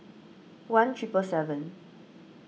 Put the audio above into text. one triple seven